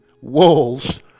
walls